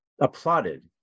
applauded